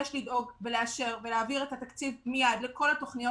יש לדאוג ולאשר ולהעביר את התקציב מיד לכל התוכניות